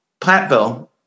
Platteville